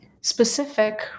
specific